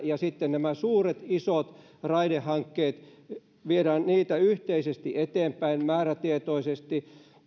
ja sitten näitä suuria isoja raidehankkeita viemme yhteisesti eteenpäin määrätietoisesti